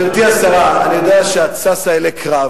גברתי השרה, אני יודע שאת ששה אלי קרב,